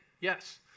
Yes